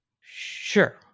Sure